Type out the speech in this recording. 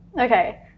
Okay